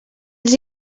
els